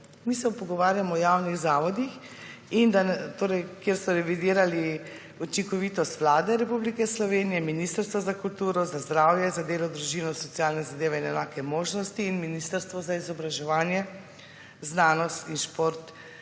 Mi se pogovarjamo o javnih zavodih, kjer so revidirali učinkovitost Vlade Republike Slovenije, ministrstva za kulturo, za zdravje, za delo, družino, socialne zadeve in enake možnosti in Ministrstva za izobraževanje, znanost in šport